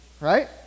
Right